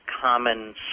common